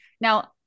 now